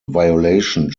violation